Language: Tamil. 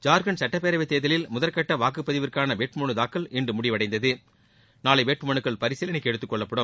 ஜார்கண்ட் சுட்டப்பேரவைத் தேர்தலில் முதற்கட்ட வாக்குப்பதிவுக்கான வேட்புமனுத்தாக்கல் இன்று முடிவடைந்தது நாளை வேட்புமனுக்கள் பரிசீலனைக்கு எடுத்துக்கொள்ளப்படும்